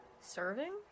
serving